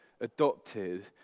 adopted